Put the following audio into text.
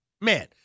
man